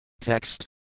Text